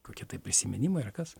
kokie tai prisiminimai ar kas